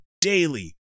daily